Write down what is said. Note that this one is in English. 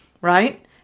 right